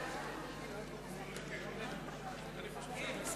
על כל פנים, היא עברה בקריאה